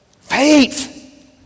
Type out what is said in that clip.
Faith